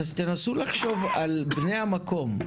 תנסו לחשוב על בני המקום,